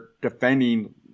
defending